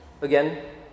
Again